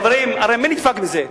חברים, הרי מי נדפק מזה?